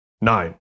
Nine